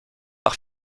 par